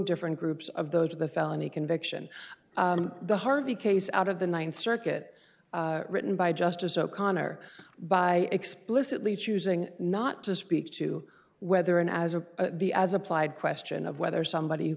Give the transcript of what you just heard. different groups of those the felony conviction the harvey case out of the th circuit written by justice o'connor by explicitly choosing not to speak to whether an as a the as applied question of whether somebody who